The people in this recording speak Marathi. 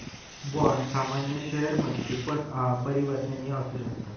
बाँड सामान्य शेयरमध्ये पण परिवर्तनीय असु शकता